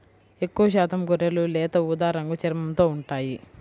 ఎక్కువశాతం గొర్రెలు లేత ఊదా రంగు చర్మంతో ఉంటాయి